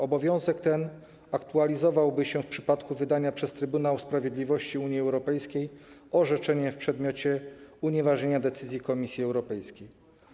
Obowiązek ten aktualizowałby się w przypadku wydania przez Trybunał Sprawiedliwości Unii Europejskiej orzeczenia w przedmiocie unieważnienia decyzji Komisji Europejskiej.